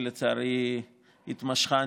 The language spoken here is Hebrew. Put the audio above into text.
שלצערי התמשכה,